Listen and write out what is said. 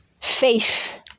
faith